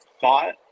thought